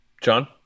John